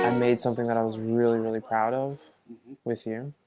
and made something that i was really, really proud of with you,